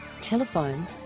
Telephone